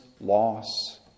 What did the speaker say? loss